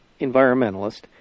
environmentalist